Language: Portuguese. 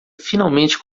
finalmente